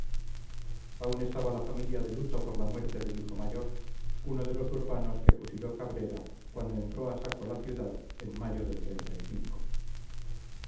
aún estaba la familia de luto por la muerte del hijo mayor uno de los urbanos que fusiló cabrera cuando entró a saco la ciudad en mayo del y